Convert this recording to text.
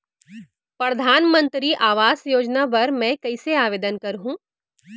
परधानमंतरी आवास योजना बर मैं कइसे आवेदन करहूँ?